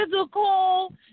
physical